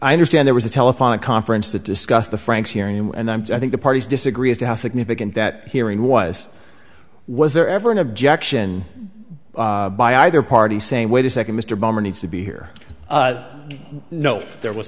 i understand there was a telephone conference to discuss the franks hearing and i'm so i think the parties disagree as to how significant that hearing was was there ever an objection by either party saying wait a second mr boehner needs to be here no there was